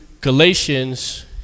Galatians